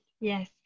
yes